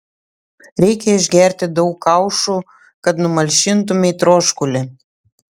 reikia išgerti daug kaušų kad numalšintumei troškulį